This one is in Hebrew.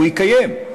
הוא יקיים.